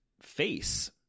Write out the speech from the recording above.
face